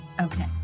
Okay